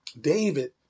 David